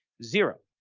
zero.